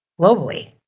globally